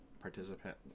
participant